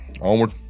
Onward